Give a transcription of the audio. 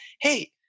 hey